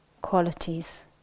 qualities